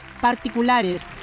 particulares